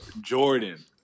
Jordan